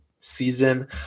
season